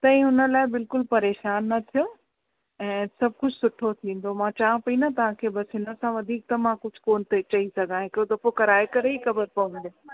तव्हीं हुन लाइ बिल्कुलु परेशान न थियो ऐं सभु कुझु सुठो थींदो मां चवां पई न तव्हांखे बसि हिन सां वधीक मां कुझु कोन पई चई सघां हिकिड़ो दफ़ो कराए करे ई ख़बरु पवंदी